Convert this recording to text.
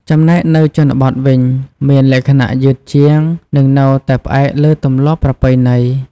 ចំណែកនៅជនបទវិញ មានលក្ខណៈយឺតជាង និងនៅតែផ្អែកលើទម្លាប់ប្រពៃណី។